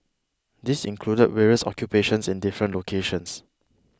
this included various occupations in different locations